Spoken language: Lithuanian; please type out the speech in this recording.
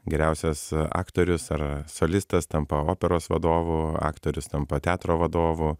geriausias aktorius ar solistas tampa operos vadovu aktorius tampa teatro vadovu